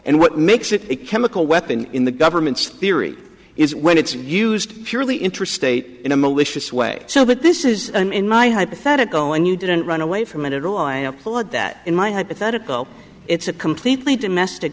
and what makes it a chemical weapon in the government's theory is when it's used purely intrastate in a malicious way so that this is in my hypothetical and you didn't run away from it at all i applaud that in my hypothetical it's a completely domestic